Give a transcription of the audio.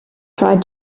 tried